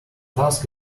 tusk